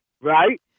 Right